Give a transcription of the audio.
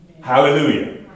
Hallelujah